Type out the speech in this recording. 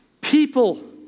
people